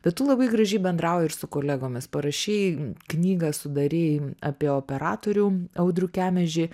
bet tu labai gražiai bendrauji ir su kolegomis parašei knygą sudarei apie operatorių audrių kemežį